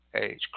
age